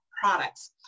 products